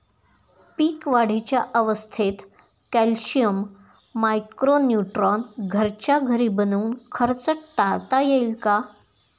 पीक वाढीच्या अवस्थेत calcium, micro neutron घरच्या घरी बनवून खर्च टाळता येईल का?